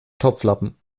topflappen